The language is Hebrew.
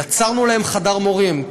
יצרנו להן חדר מורים.